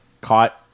caught